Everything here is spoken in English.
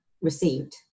received